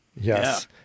Yes